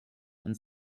and